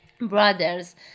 brothers